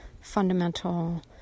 fundamental